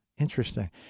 Interesting